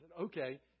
Okay